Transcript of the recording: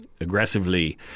aggressively